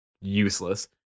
useless